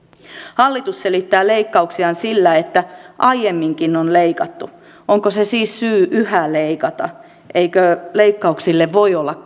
hallitus selittää leikkauksiaan sillä että aiemminkin on leikattu onko se siis syy yhä leikata eikö leikkauksille voi olla